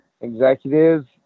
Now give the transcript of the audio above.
executives